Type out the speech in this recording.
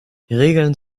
regeln